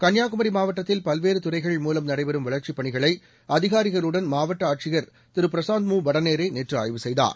கன்னியாகுமரி மாவட்டத்தில் பல்வேறு துறைகள் மூலம் நடைபெறும் வளர்ச்சிப் பணிகளை அதிகாரிகளுடன் மாவட்ட ஆட்சியர் திரு பிரசாந்த் மு வடநேரே நேற்று ஆய்வு செய்தார்